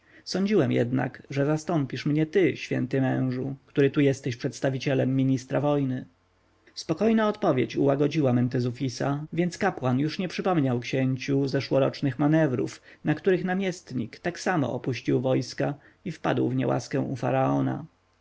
sądziłem jednak że zastąpisz mnie ty święty mężu który tu jesteś przedstawicielem ministra wojny spokojna odpowiedź ułagodziła mentezufisa więc kapłan już nie przypomniał księciu zeszłorocznych manewrów na których namiestnik tak samo opuścił wojska i wpadł w niełaskę u faraona